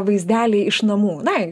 vaizdeliai iš namų na